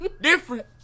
different